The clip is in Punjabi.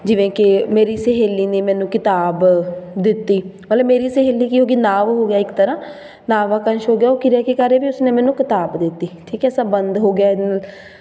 ਜਿਵੇਂ ਕਿ ਮੇਰੀ ਸਹੇਲੀ ਨੇ ਮੈਨੂੰ ਕਿਤਾਬ ਦਿੱਤੀ ਮਤਲਬ ਮੇਰੀ ਸਹੇਲੀ ਕੀ ਹੋ ਗਈ ਨਾਂਵ ਹੋ ਗਿਆ ਇੱਕ ਤਰ੍ਹਾਂ ਨਾਂਵ ਵਾਕੰਸ਼ ਹੋ ਗਿਆ ਉਹ ਕਿਰਿਆ ਕੀ ਕਰ ਰਹੀ ਵੀ ਉਸਨੇ ਮੈਨੂੰ ਕਿਤਾਬ ਦਿੱਤੀ ਠੀਕ ਹੈ ਸੰਬੰਧ ਹੋ ਗਿਆ